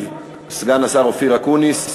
ישיב סגן השר אופיר אקוניס,